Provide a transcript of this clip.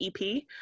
EP